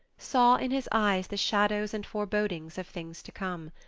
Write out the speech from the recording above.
saw in his eyes the shadows and forebodings of things to come.